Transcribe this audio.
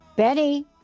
Benny